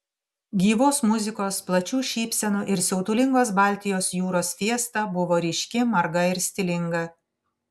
gyvos muzikos plačių šypsenų ir siautulingos baltijos jūros fiesta buvo ryški marga ir stilinga